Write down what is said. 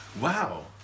Wow